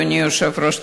אדוני היושב-ראש.